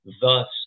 Thus